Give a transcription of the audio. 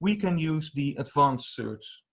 we can use the advanced search.